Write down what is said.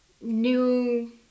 new